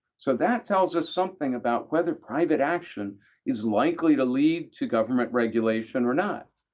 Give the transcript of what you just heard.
so that tells us something about whether private action is likely to lead to government regulation or not,